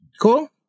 Cool